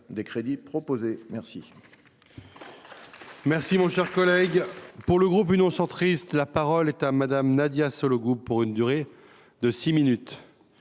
des crédits proposés. Je